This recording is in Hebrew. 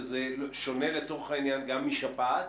שזה שונה גם משפעת,